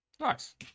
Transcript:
Nice